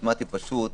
בחשבון מתמטי פשוט,